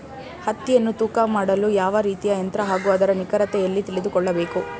ಹತ್ತಿಯನ್ನು ತೂಕ ಮಾಡಲು ಯಾವ ರೀತಿಯ ಯಂತ್ರ ಹಾಗೂ ಅದರ ನಿಖರತೆ ಎಲ್ಲಿ ತಿಳಿದುಕೊಳ್ಳಬೇಕು?